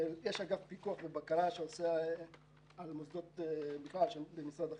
אגף פיקוח ובקרה שמקיים פיקוח ובקרה על כלל המוסדות במשרד החינוך.